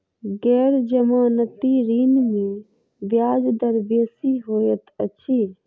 गैर जमानती ऋण में ब्याज दर बेसी होइत अछि